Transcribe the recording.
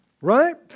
Right